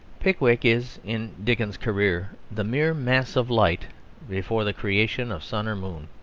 pickwick is in dickens's career the mere mass of light before the creation of sun or moon.